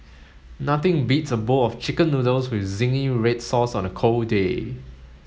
nothing beats a bowl of chicken noodles with zingy red sauce on a cold day